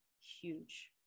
huge